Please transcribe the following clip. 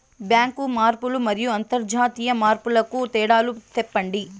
Bank మార్పులు మరియు అంతర్జాతీయ మార్పుల కు తేడాలు సెప్పండి?